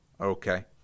Okay